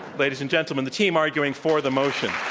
ladies and gentlemen, the team arguing for the motion.